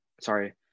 sorry